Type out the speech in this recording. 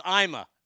Ima